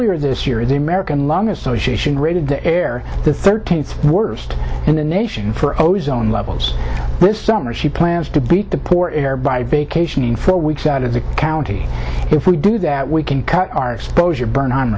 here earlier this year the american lung association rated the air the thirteenth worst in the nation for ozone levels this summer she plans to beat the poor air by vacationing for weeks out of the county if we do that we can cut our exposure bern